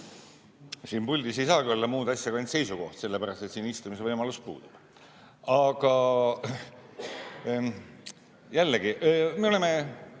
Siin puldis ei saagi olla muud asja kui ainult seisukoht, sellepärast et siin istumise võimalus puudub. Jällegi, Kalle,